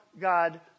God